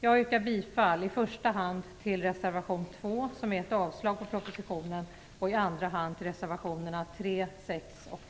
Jag yrkar i första hand bifall till reservation 2 som är ett avslag på propositionen och i andra hand till reservationerna 3, 6 och 7.